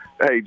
hey